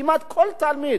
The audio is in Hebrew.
כמעט כל תלמיד,